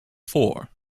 fore